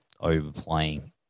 overplaying